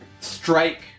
strike